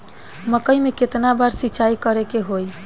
मकई में केतना बार सिंचाई करे के होई?